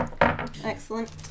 Excellent